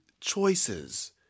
choices